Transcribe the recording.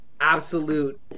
absolute